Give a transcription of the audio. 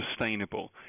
sustainable